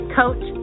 coach